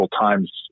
times